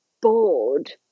bored